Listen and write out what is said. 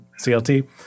CLT